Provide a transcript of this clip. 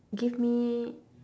give me